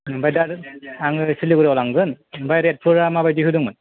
ओमफ्राय दा आङो सिलिगुरियाव लांगोन ओमफ्राय रेटफोरा माबायदि होदोंमोन